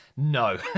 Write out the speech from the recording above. No